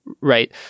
right